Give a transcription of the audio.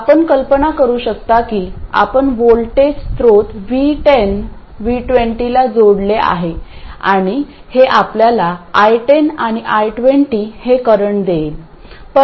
आपण कल्पना करू शकता की आपण व्होल्टेज स्त्रोत V10 V20 ला जोडले आहे आणि हे आपल्याला I10 आणि I20 हे करंट देईल